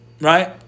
Right